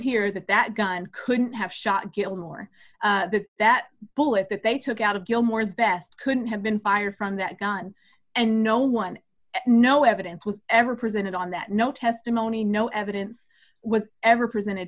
hear that that gun couldn't have shot gilmore that bullet that they took out of gilmore's best couldn't have been fired from that gun and no one no evidence was ever presented on that no testimony no evidence was ever presented